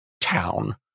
town